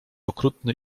okrutny